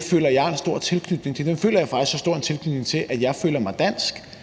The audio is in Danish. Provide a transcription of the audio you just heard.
føler jeg er en stor tilknytning til. Dem føler jeg faktisk så stor en tilknytning til, at jeg føler mig dansk.